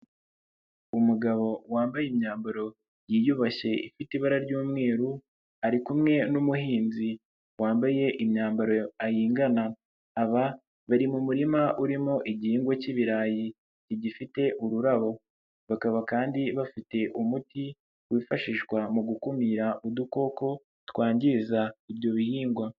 Umugabo wambaye imyambaro yiyubashye ifite ibara ry'umweru, ari kumwe n'umuhinzi wambaye imyambaro ahingana, aba bari mu murima urimo igihingwawe k'ibirayi bigifite ururabo, bakaba kandi bafite umuti wifashishwa mu gukumira udukoko twangiza ibyo bihingwa.